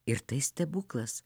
ir tai stebuklas